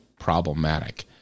problematic